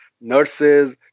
nurses